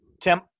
Tim